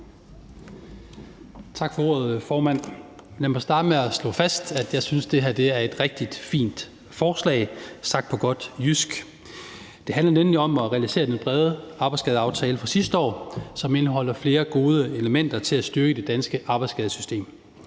Tak for ordet, formand. Lad mig starte med at slå fast, at jeg synes, det her er et rigtig fint forslag – sagt på godt jysk. Det handler nemlig om at realisere den brede arbejdsskadeaftale fra sidste år, som indeholder flere gode elementer til at styrke det danske arbejdsskadesystem.